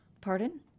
Pardon